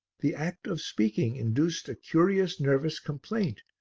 the act of speaking induced a curious nervous complaint,